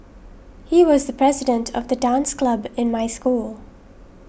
he was the president of the dance club in my school